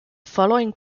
following